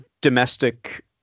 domestic